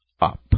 up